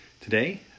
today